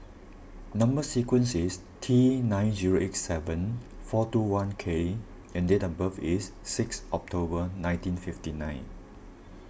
Number Sequence is T nine zero eight seven four two one K and date of birth is six October nineteen fifty nine